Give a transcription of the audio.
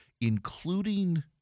Including